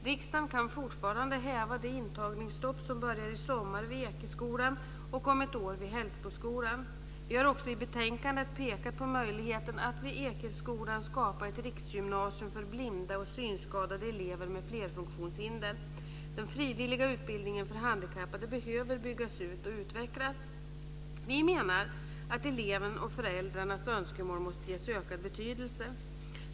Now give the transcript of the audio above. Riksdagen kan fortfarande häva det intagningsstopp som börjar i sommar vid Ekeskolan och om ett år vid Hällsboskolan. Vi har också i betänkandet pekat på möjligheten att vid Ekeskolan skapa ett riksgymnasium för blinda och synskadade elever med flerfunktionshinder. Den frivilliga utbildningen för handikappade behöver byggas ut och utvecklas. Vi menar att elevens och föräldrarnas önskemål måste ges ökad betydelse.